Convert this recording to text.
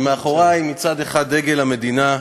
כשמאחורי מצד אחד דגל המדינה,